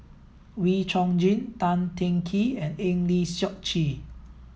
Wee Chong Jin Tan Teng Kee and Eng Lee Seok Chee